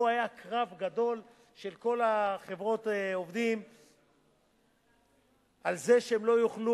גם פה היה קרב גדול של כל חברות העובדים על זה שהן לא יוכלו,